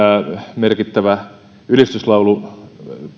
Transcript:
merkittävä ylistyslaulu